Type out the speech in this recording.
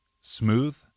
smooth